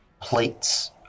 plates